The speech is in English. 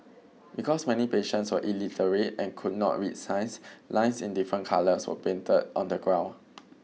because many patients were illiterate and could not read signs lines in different colours were painted on the ground